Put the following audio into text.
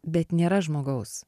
bet nėra žmogaus